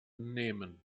nehmen